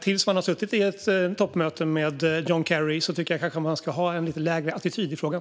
Tills man har suttit i ett toppmöte med John Kerry tycker jag kanske att man ska ha en lite lägre attityd i frågan.